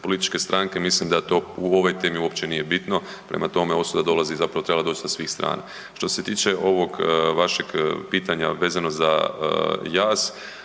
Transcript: političke stranke, mislim da to u ovoj temi uopće nije bitno, prema tome osuda dolazi zapravo trebala je doći sa svih strana. Što se tiče ovog vašeg pitanja vezano za jaz